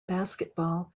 basketball